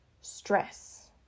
stress